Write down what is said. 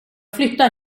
flyttar